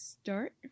Start